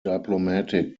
diplomatic